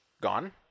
gone